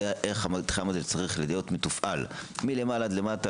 איך המתחם הזה צריך להיות מתופעל מלמעלה עד למטה,